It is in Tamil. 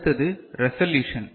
அடுத்தது ரெசல்யூசன்